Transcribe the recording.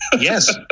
yes